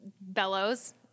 Bellows